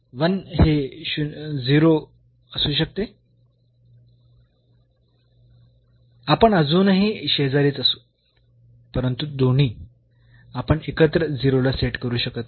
तर 1 हे 0 असू शकते आपण अजूनही शेजारीच असू परंतु दोन्ही आपण एकत्र 0 ला सेट करू शकत नाही